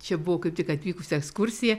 čia buvo kaip tik atvykusi ekskursija